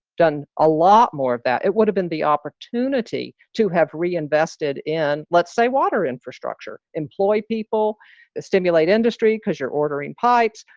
done a lot more of that. it would have been the opportunity to have reinvested in, let's say, water infrastructure, employ people to stimulate industry. because you're ordering pipes,